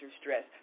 stress